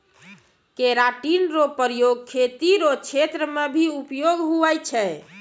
keratin रो प्रयोग खेती रो क्षेत्र मे भी उपयोग हुवै छै